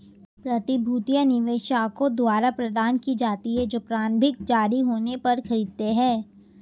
प्रतिभूतियां निवेशकों द्वारा प्रदान की जाती हैं जो प्रारंभिक जारी होने पर खरीदते हैं